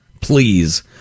please